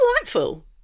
delightful